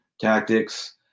tactics